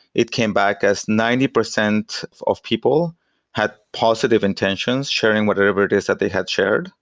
it came back as ninety percent of people had positive intentions sharing whatever it is that they had shared.